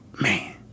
man